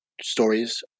stories